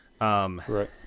Right